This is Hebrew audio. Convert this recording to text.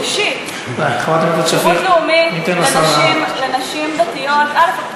חברת הכנסת שפיר, ניתן לשר אריאל לענות.